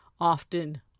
often